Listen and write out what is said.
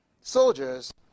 soldiers